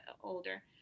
older